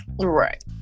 right